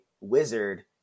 wizard